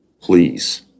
Please